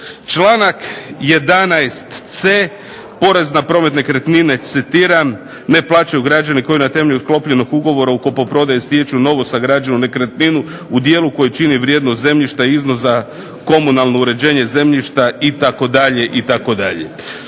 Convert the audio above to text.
Članak 11.c, porez na promet nekretnine, citiram: "ne plaćaju građani koji na temelju sklopljenog ugovora o kupoprodaji stječu novosagrađenu nekretninu u dijelu koji čini vrijednost zemljišta, iznos za komunalno uređenje zemljišta" itd.,